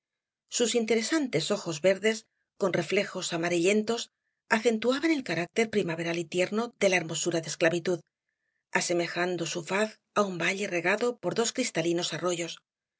sus interesantes ojos verdes con reflejos amarillentos acentuaban el carácter primaveral y tierno de la hermosura de esclavitud asemejando su faz á un valle regado por dos cristalinos arroyos